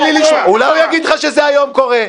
אולי הוא יגיד לך שזה קורה היום?